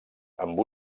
amb